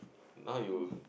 now you